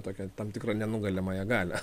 tokią tam tikrą nenugalimąją galią